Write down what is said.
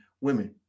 women